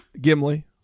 Gimli